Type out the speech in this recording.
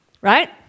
right